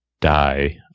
die